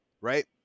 right